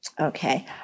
Okay